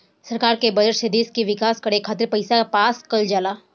सरकार के बजट से देश के विकास करे खातिर पईसा पास कईल जाला